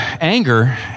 anger